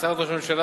משרד ראש הממשלה,